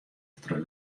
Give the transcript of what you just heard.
troch